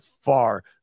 far